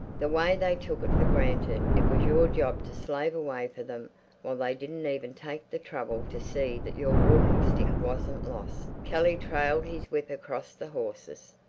the way they took it for granted it was your job to slave away for them while they didn't even take the trouble to see that your walking-stick wasn't lost. kelly trailed his whip across the horses.